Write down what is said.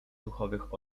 duchowych